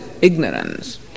ignorance